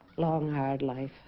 long hard life